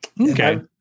Okay